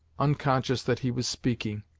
unconscious that he was speaking